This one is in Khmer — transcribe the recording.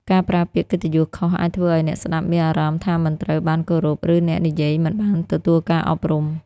ការប្រើពាក្យកិត្តិយសខុស អាចធ្វើឱ្យអ្នកស្ដាប់មានអារម្មណ៍ថាមិនត្រូវបានគោរព ឬអ្នកនិយាយមិនបានទទួលការអប់រំ។